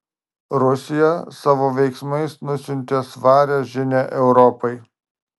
rusija savo veiksmais nusiuntė svarią žinią europai